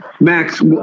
Max